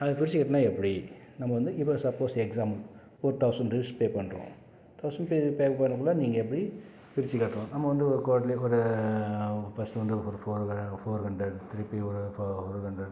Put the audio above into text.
அது பிரித்து கட்டினா எப்படி நம்ம வந்து இப்போ சப்போஸ் எக்ஸாம் ஒரு தௌசண்ட் ருப்பீஸ் பே பண்ணுறோம் தௌசண்ட் பே பே பண்ணக்குள்ளே நீங்கள் எப்படி பிரித்து கட்டலாம் நம்ம வந்து ஒரு க்வாட்டர்லி ஒரு ஃபஸ்ட்டு வந்து ஒரு ஃபோர் ஹண்ட்ரேட் திருப்பி ஒரு ஃபோர் ஹண்ட்ரேட்